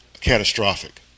catastrophic